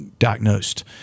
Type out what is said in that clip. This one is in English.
diagnosed